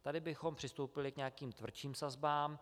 Tady bychom přistoupili k nějakým tvrdším sazbám.